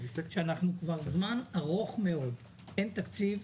שאנחנו כבר זמן ארוך מאוד שאין תקציב.